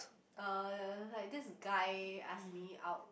uh like this guy asked me out